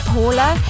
Paula